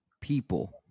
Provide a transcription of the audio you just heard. people